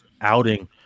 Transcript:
outing